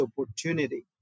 opportunity